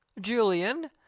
Julian